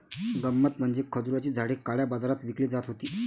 गंमत म्हणजे खजुराची झाडे काळ्या बाजारात विकली जात होती